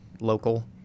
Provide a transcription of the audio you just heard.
local